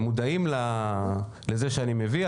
הם מודעים לזה שאני מביא.